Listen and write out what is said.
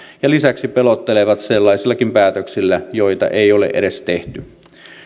ja lisäksi pelottelevat sellaisillakin päätöksillä joita ei ole edes tehty